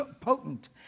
potent